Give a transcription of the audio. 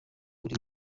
uri